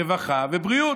רווחה ובריאות,